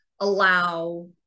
allow